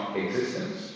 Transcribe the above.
existence